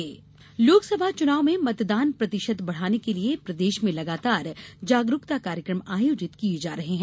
मतदाता जागरूकता लोकसभा चुनाव में मतदान प्रतिशत बढ़ाने के लिये प्रदेश में लगातार जागरूकता कार्यक्रम आयोजित किये जा रहे हैं